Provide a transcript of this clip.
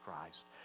Christ